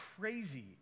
crazy